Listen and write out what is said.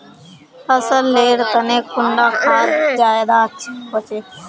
फसल लेर तने कुंडा खाद ज्यादा अच्छा होचे?